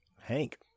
Hank